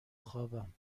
خوابم